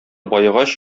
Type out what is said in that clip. баегач